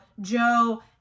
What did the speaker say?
joe